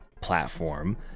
platform